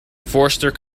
forster